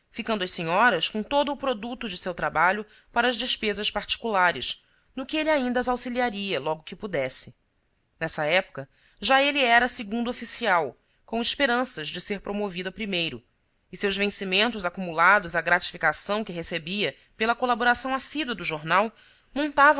ficando as senhoras com todo o produto de seu trabalho para as despesas particulares no que ele ainda as auxiliaria logo que pudesse nessa época já ele era segundo oficial com esperanças de ser promovido a primeiro e seus vencimentos acumulados à gratificação que recebia pela colaboração assídua do jornal montavam